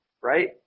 right